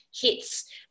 hits